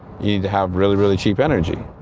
you need to have really, really cheap energy.